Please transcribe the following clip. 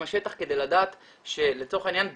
השטח כדי לדעת שלצורך העניין בזריחה,